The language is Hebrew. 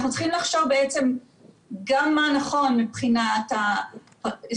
אנחנו צריכים לחשוב גם מה נכון מבחינת השמירה